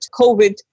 COVID